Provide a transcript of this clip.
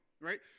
right